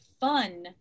fun